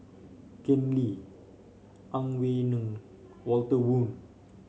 Ken Lim Ang Wei Neng Walter Woon